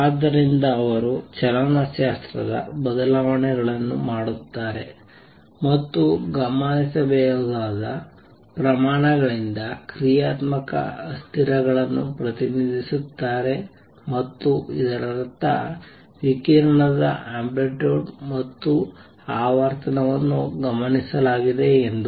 ಆದ್ದರಿಂದ ಅವರು ಚಲನಶಾಸ್ತ್ರದ ಬದಲಾವಣೆಗಳನ್ನು ಮಾಡುತ್ತಾರೆ ಮತ್ತು ಗಮನಿಸಬಹುದಾದ ಪ್ರಮಾಣಗಳಿಂದ ಕ್ರಿಯಾತ್ಮಕ ಅಸ್ಥಿರಗಳನ್ನು ಪ್ರತಿನಿಧಿಸುತ್ತಾರೆ ಮತ್ತು ಇದರರ್ಥ ವಿಕಿರಣದ ಆಂಪ್ಲಿಟ್ಯೂಡ್ ಮತ್ತು ಆವರ್ತನವನ್ನು ಗಮನಿಸಲಾಗಿದೆ ಎಂದು